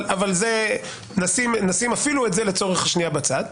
אבל נשים אפילו את זה שנייה בצד.